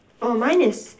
oh mine is